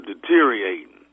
deteriorating